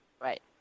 Right